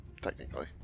technically